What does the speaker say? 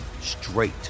straight